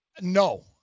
No